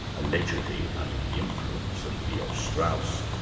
allegedly under the influence of leo strauss.